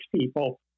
people